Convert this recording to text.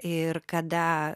ir kada